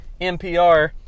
NPR